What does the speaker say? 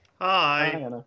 Hi